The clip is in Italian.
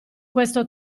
questo